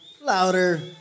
louder